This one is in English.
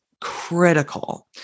critical